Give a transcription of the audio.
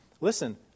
listen